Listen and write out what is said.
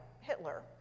Hitler